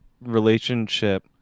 relationship